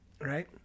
Right